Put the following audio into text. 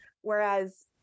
whereas